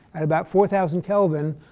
at about four thousand kelvin